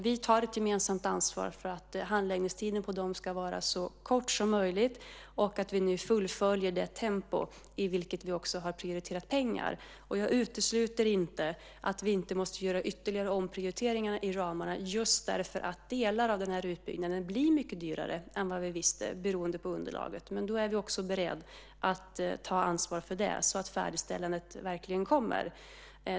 Vi tar ett gemensamt ansvar för att handläggningstiden av dem ska vara så kort som möjligt och att vi nu fullföljer det tempo i vilket vi också har prioriterat pengar. Jag utesluter inte att vi måste göra ytterligare omprioriteringar i ramarna just därför att delar av den här utbyggnaden blir mycket dyrare än vi visste, beroende på underlaget. Men då är vi också beredda att ta ansvar för det så att färdigställandet verkligen kommer.